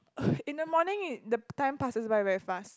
in the morning it the time passes by very fast